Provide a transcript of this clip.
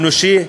האנושי,